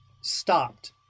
stopped